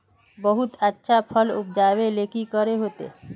बहुत अच्छा फसल उपजावेले की करे होते?